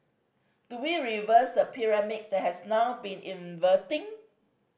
do we reverse the pyramid that has now been inverting